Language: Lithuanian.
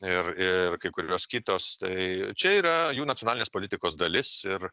ir ir kai kurios kitos tai čia yra jų nacionalinės politikos dalis ir